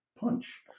punch